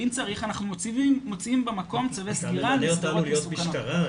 ואם צריך אנחנו מוציאים במקום צווי סגירה למסגרות מסוכנות.